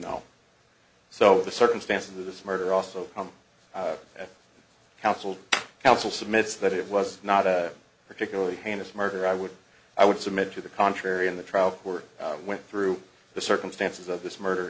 know so the circumstances of this murder also come at counsel counsel submits that it was not a particularly heinous murder i would i would submit to the contrary in the trial court went through the circumstances of this